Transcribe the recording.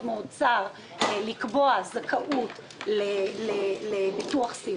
לחברות הביטוח יש אינטרס מאוד מאוד צר לקבוע זכאות לביטוח סיעודי.